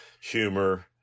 humor